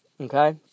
Okay